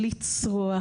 לצרוח,